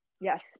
Yes